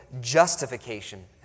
justification